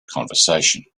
conversation